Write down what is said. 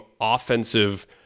offensive